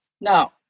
Now